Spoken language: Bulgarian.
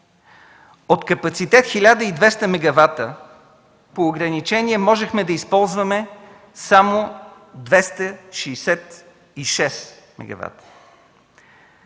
От капацитет 1200 мегавата по ограничение можехме да използваме само 266 мегавата.